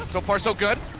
so far, so good.